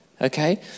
okay